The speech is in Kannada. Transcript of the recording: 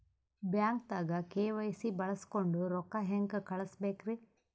ಬ್ಯಾಂಕ್ದಾಗ ಕೆ.ವೈ.ಸಿ ಬಳಸ್ಕೊಂಡ್ ರೊಕ್ಕ ಹೆಂಗ್ ಕಳಸ್ ಬೇಕ್ರಿ?